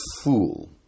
fool